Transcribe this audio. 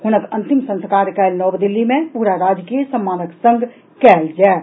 हुनक अंतिम संस्कार काल्हि नव दिल्ली मे पूरा राजकीय सम्मानक संग कयल जायत